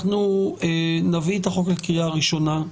אנחנו נביא את החוק לקריאה הראשונה,